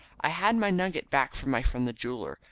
i had my nugget back from my friend the jeweller,